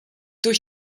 durch